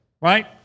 right